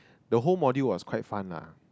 the whole module was quite fun lah